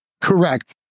Correct